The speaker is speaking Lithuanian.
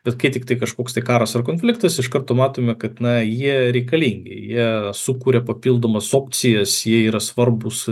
bet kai tiktai kažkoks karas ar konfliktas iš karto matome kad na jie reikalingi jie sukuria papildomas opcijas jie yra svarbūs